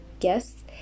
Yes